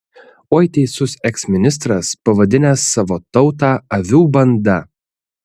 oi teisus eksministras pavadinęs savo tautą avių banda